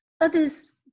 Others